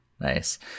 nice